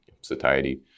satiety